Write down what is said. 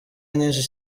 nyinshi